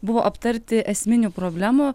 buvo aptarti esminių problemų